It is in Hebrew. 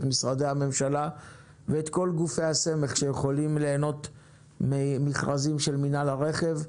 את משרדי הממשלה ואת כל גופי הסמך שיכולים ליהנות ממכרזים של מנהל הרכב,